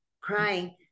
crying